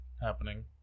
happening